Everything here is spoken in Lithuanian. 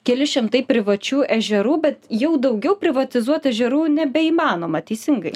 keli šimtai privačių ežerų bet jau daugiau privatizuot ežerų nebeįmanoma teisingai